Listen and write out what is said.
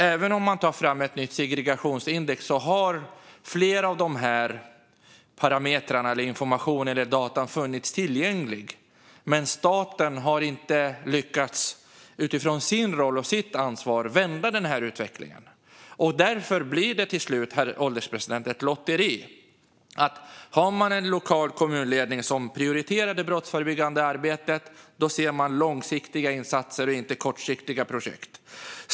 Även om ett nytt segregationsindex tas fram har flera av parametrarna - informationen - funnits tillgängliga, men staten har inte utifrån sin roll och sitt ansvar lyckats vända utvecklingen. Därför blir det till slut, herr ålderspresident, ett lotteri. Med en lokal kommunledning som prioriterar det brottsförebyggande arbetet skulle det bli det långsiktiga insatser, inte kortsiktiga projekt.